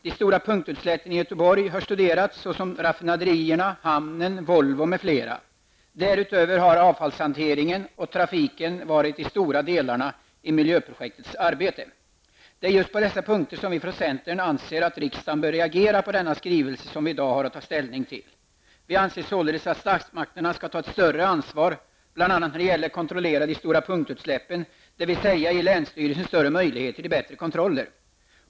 De stora punktutsläppen i Göteborg har studerats, såsom raffinaderierna, hamnen, Volvo m.fl., därutöver har avfallshanteringen och trafiken varit de stora delarna i miljöprojektets arbete. Det är just på dessa punkter som vi från centern anser att riksdagen bör reagera på den skrivelse som vi i dag har att ta ställning till. Vi anser således att statsmakterna skall ta ett större ansvar bl.a. när det gäller att kontrollera de stora punktutsläppen, dvs. ge länsstyrelsen större möjligheter till bättre kontroller.